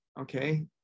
okay